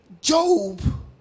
Job